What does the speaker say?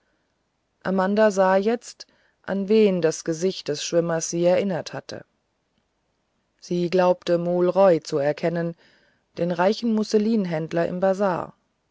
amanda sah jetzt an wen das gesicht des schwimmers sie erinnert hatte sie glaubte mool roy zu erkennen den reichen musselinhändler im bazar